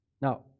Now